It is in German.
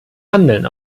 handeln